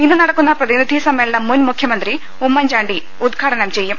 E ന്ന് നടക്കുന്ന പ്രതിനിധി സമ്മേളനം മുൻ മുഖ്യമന്ത്രി ഉമ്മൻ ചാണ്ടി ഉദ്ഘാടനം ചെയ്യും